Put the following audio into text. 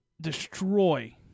destroy